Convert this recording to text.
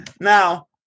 Now